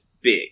big